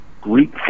Greek